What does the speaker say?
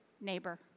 neighbor